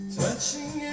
touching